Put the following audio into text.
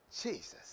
Jesus